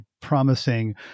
promising